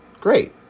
Great